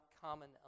common